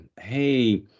hey